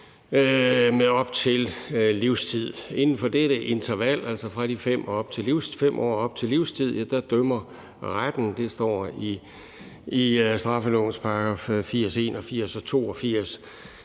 med op til livstid. Inden for dette interval, altså fra de 5 år op til livstid, dømmer retten ifølge straffelovens §§ 80, 81 og 82